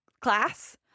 class